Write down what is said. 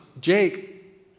Jake